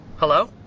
Hello